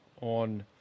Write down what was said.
on